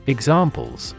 Examples